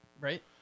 Right